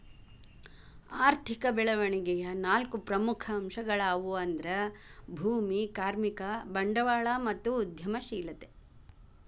ಆರ್ಥಿಕ ಬೆಳವಣಿಗೆಯ ನಾಲ್ಕು ಪ್ರಮುಖ ಅಂಶಗಳ್ಯಾವು ಅಂದ್ರ ಭೂಮಿ, ಕಾರ್ಮಿಕ, ಬಂಡವಾಳ ಮತ್ತು ಉದ್ಯಮಶೇಲತೆ